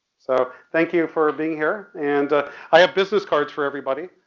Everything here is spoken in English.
so thank you for being here and i have business cards for everybody.